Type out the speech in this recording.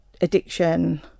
addiction